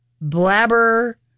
blabber